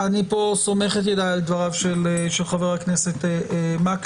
אני פה סומך את ידי על דבריו של חבר הכנסת מקלב.